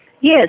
Yes